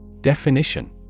Definition